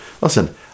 listen